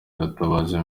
gatabazi